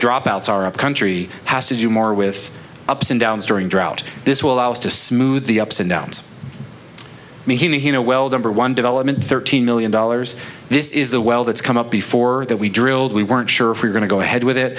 drop outs are upcountry has to do more with ups and downs during drought this will allow us to smooth the ups and downs he know well number one development thirteen million dollars this is the well that's come up before that we drilled we weren't sure if we're going to go ahead with it